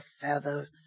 feather